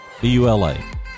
B-U-L-A